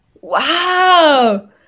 Wow